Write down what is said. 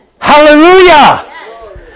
hallelujah